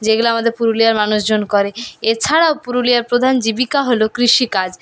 যেগুলো আমাদের পুরুলিয়ার মানুষজন করে এছাড়াও পুরুলিয়ার প্রধান জীবিকা হল কৃষিকাজ